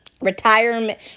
retirement